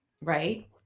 right